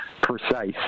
precise